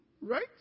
Right